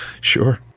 Sure